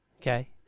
Okay